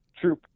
true